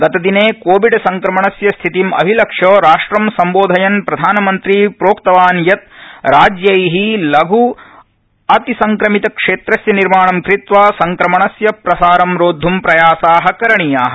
गतदिने कोविड संक्रमणस्य स्थितिम् अभिलक्ष्य राष्ट्रं सम्बोधयन् प्रधानमन्त्री प्रोक्तवान् यत् राज्य लघ् अतिसंक्रमित क्षेत्रस्य निर्माणं कृत्वा संक्रमणस्य प्रसारं रोदध् प्रयासाः करणीयाः